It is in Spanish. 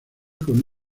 con